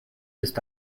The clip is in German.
ist